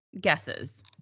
guesses